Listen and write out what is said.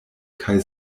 kaj